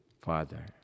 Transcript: Father